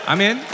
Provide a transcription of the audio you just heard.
Amen